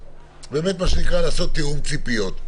ובאמת לעשות תיאום ציפיות.